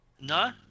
no